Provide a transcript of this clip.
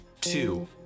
Two